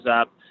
up